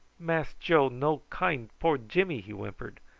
mass joe no kind poor jimmy, he whimpered.